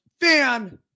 fan